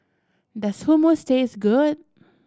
does Hummus taste good